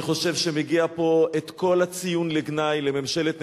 אני חושב שמגיע פה כל הציון לגנאי לממשלת נתניהו,